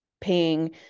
paying